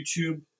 YouTube